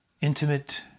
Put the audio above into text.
Intimate